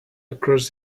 across